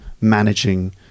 managing